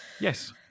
yes